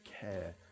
care